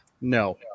no